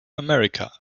america